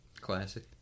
Classic